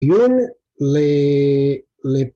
יון, ל...